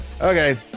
Okay